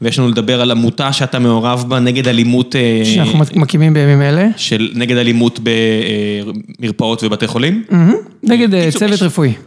ויש לנו לדבר על עמותה שאתה מעורב בה, נגד אלימות... שאנחנו מקימים בימים אלה. של נגד אלימות במרפאות ובתי חולים. נגד צוות רפואי.